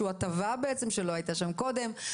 שהוא הטבה בעצם שלא הייתה שם קודם.